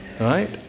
right